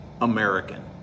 American